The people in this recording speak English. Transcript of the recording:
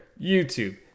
YouTube